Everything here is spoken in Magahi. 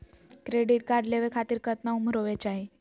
क्रेडिट कार्ड लेवे खातीर कतना उम्र होवे चाही?